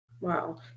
Wow